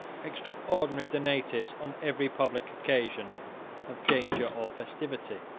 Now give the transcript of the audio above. extraordinary donatives on every public occasion of danger or festivity.